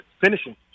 finishing